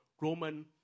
Roman